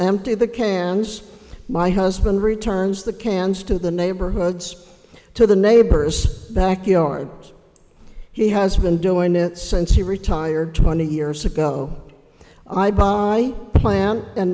empty the cans my husband returns the cans to the neighborhoods to the neighbor's back yard he has been doing it since he retired twenty years ago i buy plant and